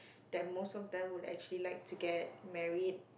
that most of them would actually like to get married